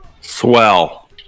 swell